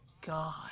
god